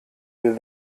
der